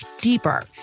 deeper